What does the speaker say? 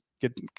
Get